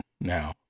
Now